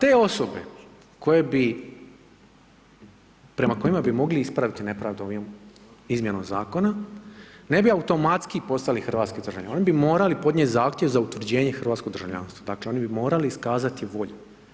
Te osobe koje bi, prema kojima bi mogli ispraviti nepravdu ovom izmjenom zakona, ne bi automatski poslali hrvatski državljani, oni bi morali podnijeti zahtjev za utvrđenje hrvatskog državljanstva, dakle oni bi morali iskazati volju.